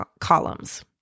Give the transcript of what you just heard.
columns